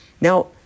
Now